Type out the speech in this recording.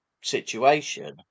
situation